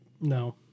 No